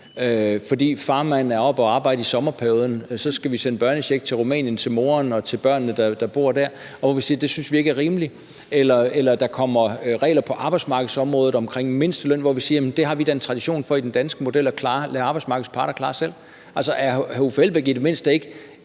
Fordi farmand er oppe at arbejde i sommerperioden, skal vi sende børnechecks til Rumænien, til moderen og til børnene, der bor der. Der sagde vi, at det syntes vi ikke var rimeligt. Og der kommer regler på arbejdsmarkedsområdet om mindsteløn, hvor vi siger, at vi med den danske model da har en tradition for at lade arbejdsmarkedets parter klare det selv. Er hr. Uffe Elbæk i det mindste ikke